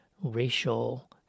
racial